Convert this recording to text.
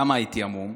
למה הייתי המום?